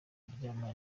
kuryamana